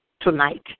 tonight